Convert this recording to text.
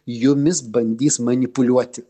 jumis bandys manipuliuoti